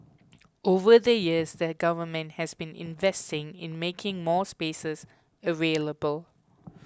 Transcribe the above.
over the years the government has been investing in making more spaces available